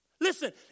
Listen